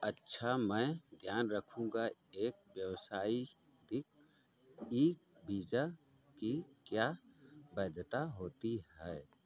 अच्छा मैं ध्यान रखूँगा एक व्यावसायिक ई वीजा की क्या वैधता होती है